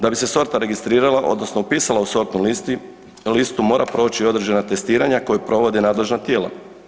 Da bi se sorta registrirala odnosno upisala u sortnu listu, mora proći određena testiranja koje provode nadležna tijela.